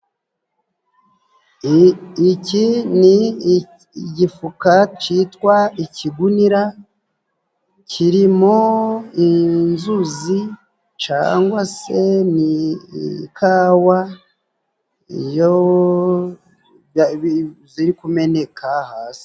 Iki ni igifuka citwa ikigunira kirimo inzuzi cangwa se ni ikawa iyo ziri kumeneka hasi.